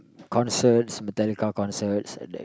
concerts Metallica concerts and like